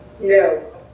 No